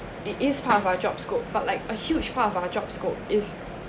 it is part of our job scope but like a huge part of our job scope is